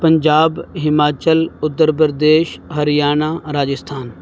Punjab Himachal Uttar Pradesh Haryana Rajasthan